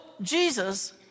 Jesus